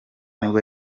nibwo